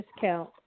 discount